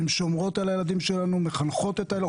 הן שומרות על הילדים שלנו, מחנכות אותם,